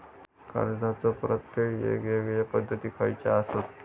कर्जाचो परतफेड येगयेगल्या पद्धती खयच्या असात?